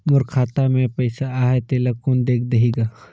मोर खाता मे पइसा आहाय तेला कोन देख देही गा?